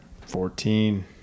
fourteen